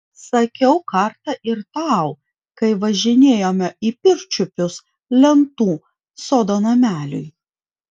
sakiau kartą ir tau kai važinėjome į pirčiupius lentų sodo nameliui